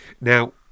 now